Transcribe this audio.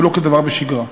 ולא כדבר שבשגרה.